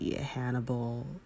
Hannibal